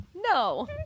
No